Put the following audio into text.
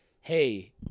hey